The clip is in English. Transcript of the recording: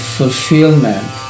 fulfillment